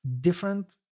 different